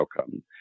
outcome